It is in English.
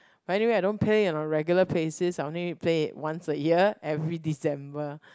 but anyway I don't play it in a regular place since I only play it once a year every December